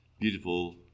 beautiful